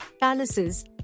palaces